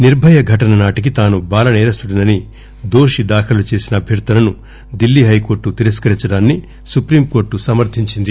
నిర్భయ ఘటన నాటికి తాను బాల నేరస్తుడినని దోషి దాఖలు చేసిన అభ్వర్దనను ఢిల్లీ హైకోర్టు తిరస్కరించడాన్ని సుప్రీం కోర్టు సమర్దించింది